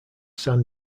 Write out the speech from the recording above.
san